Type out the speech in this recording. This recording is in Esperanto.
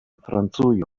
francujo